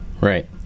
right